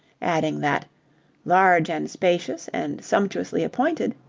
adding that large and spacious, and sumptuously appointed,